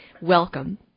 Welcome